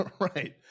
right